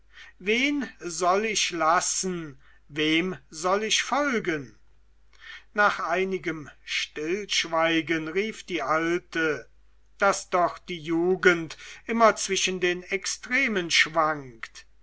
wen soll ich lassen wem soll ich folgen nach einigem stillschweigen rief die alte daß doch die jugend immer zwischen den extremen schwankt